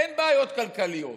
אין בעיות כלכליות,